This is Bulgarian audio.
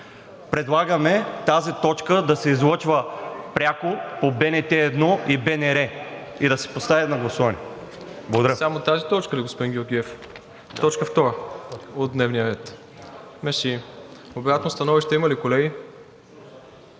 предлагаме тази точка да се излъчва пряко по БНТ1 и БНР и да се постави на гласуване.